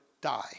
die